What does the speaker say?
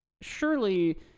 surely